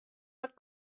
not